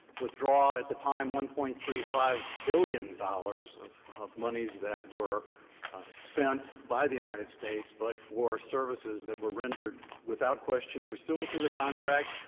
withdraw at the time one point three five billion dollars of of monies that were spent by the united states, but for services that were rendered, without question, pursuant to the contract,